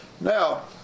Now